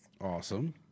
Awesome